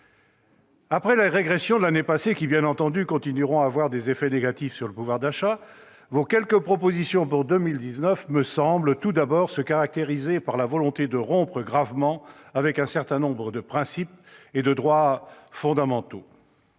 Après les régressions de l'année passée, qui, bien entendu, continueront à avoir des effets négatifs sur le pouvoir d'achat, vos quelques propositions pour 2019 me semblent d'abord se caractériser par la volonté de rompre gravement avec un certain nombre de principes et de droits fondamentaux.